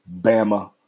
Bama